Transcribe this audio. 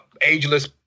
ageless